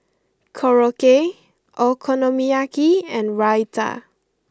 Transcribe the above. Korokke Okonomiyaki and Raita